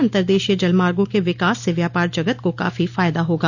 अतर देशीय जल मार्गो के विकास से व्यापार जगत को काफी फायदा होगा